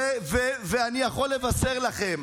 אתה לא, ואני יכול לבשר לכם